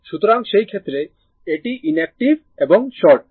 সুতরাং সেই ক্ষেত্রে এটি নিষ্ক্রিয় এবং শর্ট